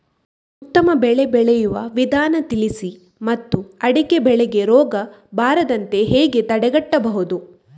ಉತ್ತಮ ಬೆಳೆ ಬೆಳೆಯುವ ವಿಧಾನ ತಿಳಿಸಿ ಮತ್ತು ಅಡಿಕೆ ಬೆಳೆಗೆ ರೋಗ ಬರದಂತೆ ಹೇಗೆ ತಡೆಗಟ್ಟಬಹುದು?